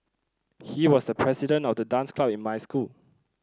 he was the president of the dance club in my school